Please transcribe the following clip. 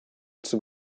zum